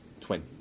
Twin